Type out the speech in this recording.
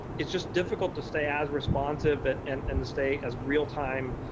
it's just difficult to stay as responsive but and and to stay as real time,